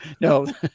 No